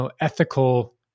ethical